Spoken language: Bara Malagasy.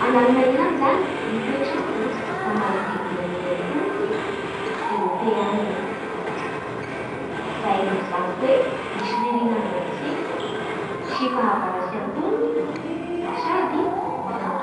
Agny Allemagne agny zany ny toetr'andro ô da manodidina ny antonony erôpeana izay zany hoe misy ririnina mangatsiaky sy fahavaratsy antonony sady mando.